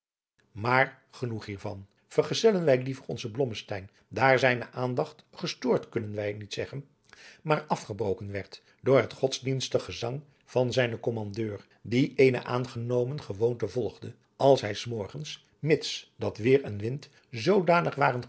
maat genoeg hiervan vergezellen wij liever onzen blommesteyn daar zijne aandacht gestoord kunnen wij niet zeggen maar afgebroken werd door het godsdienstig gezang van zijnen kommandeur die eene aangenomen gewoonte volgende als hij s morgens mits dat weêr en wind zoodanig waren